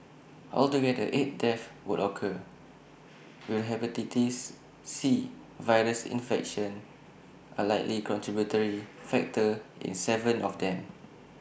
altogether eight deaths would occur with the Hepatitis C virus infection A likely contributory factor in Seven of them